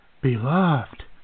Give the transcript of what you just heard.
beloved